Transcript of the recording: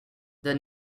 their